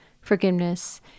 forgiveness